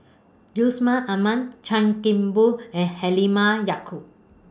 Yusman Aman Chan Kim Boon and Halimah Yacob